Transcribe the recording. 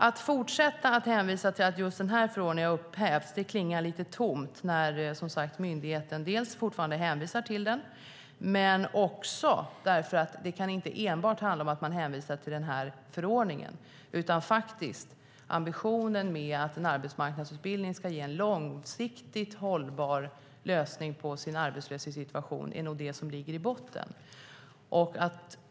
Att fortsätta att hänvisa till att just den här förordningen har upphävts klingar lite tomt när myndigheten dels fortfarande hänvisar till den, dels därför att det inte enbart kan handla om att man hänvisar till den här förordningen. Ambitionen att en arbetsmarknadsutbildning ska ge en långsiktigt hållbar lösning på individens arbetslöshetssituation är nog det som ligger i botten.